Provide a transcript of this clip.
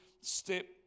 step